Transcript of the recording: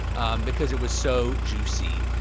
um because it was so juicy.